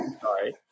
sorry